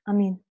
Amen